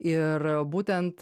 ir būtent